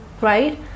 right